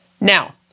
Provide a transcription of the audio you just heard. Now